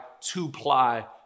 two-ply